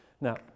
Now